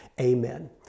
amen